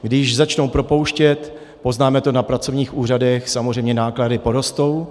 Když začnou propouštět, poznáme to na pracovních úřadech, samozřejmě náklady porostou.